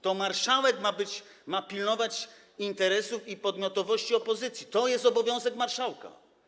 To marszałek ma pilnować interesów i podmiotowości opozycji, to jest obowiązek marszałka.